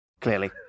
clearly